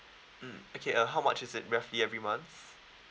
mm okay uh how much is it roughly every month